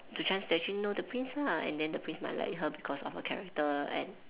the chance to actually know the prince lah and then the prince might like her because of her character and